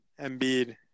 Embiid